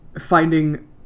finding